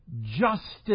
justice